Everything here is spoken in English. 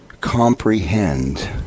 comprehend